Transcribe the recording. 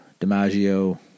DiMaggio